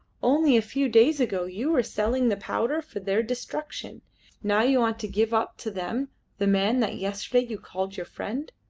only a few days ago you were selling the powder for their destruction now you want to give up to them the man that yesterday you called your friend.